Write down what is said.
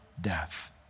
death